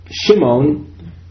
Shimon